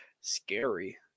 scary